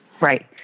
Right